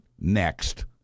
next